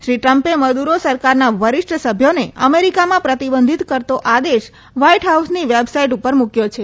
શ્રી ટ્રમ્પે મદુરો સરકારના વરિષ્ઠ સભ્યોને અમેરિકામાં પ્રતિબંધીત કરતો આદેશ વ્હાઈટ હાઉસની વેબસાઈટ ઉપર મુક્વો છે